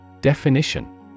Definition